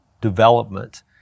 development